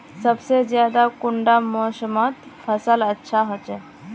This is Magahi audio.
सबसे ज्यादा कुंडा मोसमोत फसल अच्छा होचे?